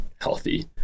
healthy